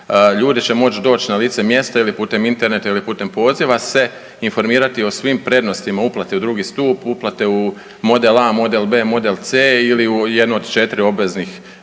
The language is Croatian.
ljudi će moći doći na lice mjesta ili putem interneta ili putem poziva se informirati o svim prednostima uplate u drugi stup, uplate u model A, model B, model C ili u jedno od 4 obveznih